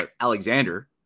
Alexander